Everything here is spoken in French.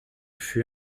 fut